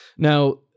Now